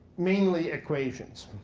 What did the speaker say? mainly equations.